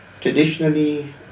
traditionally